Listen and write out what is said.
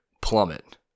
plummet